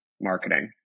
marketing